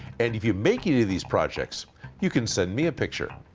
and if you make any of these projects you can send me a picture.